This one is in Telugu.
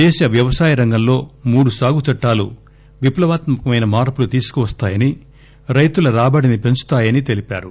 దేశ వ్యవసాయ రంగంలో మూడు సాగుచట్టాలు విప్లవాత్మకమైన మార్పులు తీసుకువస్తాయని రైతుల రాబడిని పెంచుతాయని తెలిపారు